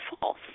false